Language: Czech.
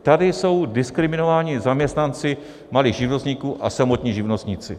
Tady jsou diskriminováni zaměstnanci malých živnostníků a samotní živnostníci.